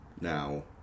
now